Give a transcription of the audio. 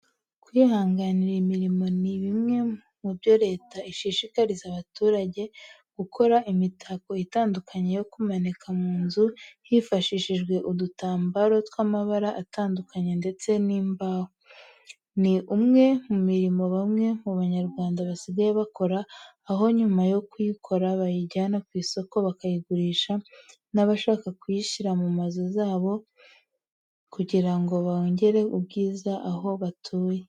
Kwihangira imirimo ni bimwe mu byo leta ishishikariza abaturage. Gukora imitako itandukanye yo kumanika mu nzu hifashishijwe udutambaro tw'amabara atandukanye ndetse n'imbaho. Ni umwe mu mirimo bamwe mu Banyarwanda basigaye bakora, aho nyuma yo kuyikora bayijyana ku isoko bakayigurisha n'abashaka kuyishyira mu nzu zabo kugira ngo bongerere ubwiza aho batuye.